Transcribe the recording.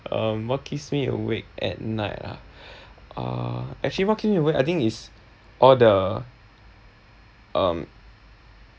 um what keeps me awake at night ah uh actually what keep me awake I think it's all the um